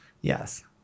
Yes